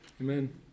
Amen